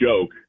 joke